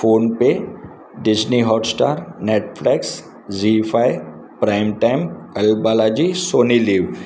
phone पे Disney Hotstar Netflix Zee five prime time ALTBalaji Sony live